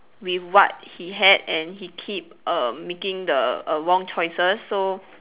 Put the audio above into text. with what he had and he keep err making the err wrong choices so